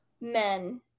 men